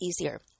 easier